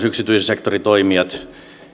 yksityisen sektorin toimijat